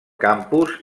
campus